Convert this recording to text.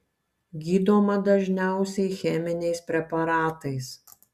gydoma dažniausiai cheminiais preparatais